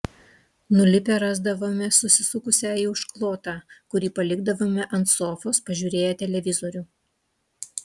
nulipę rasdavome susisukusią į užklotą kurį palikdavome ant sofos pažiūrėję televizorių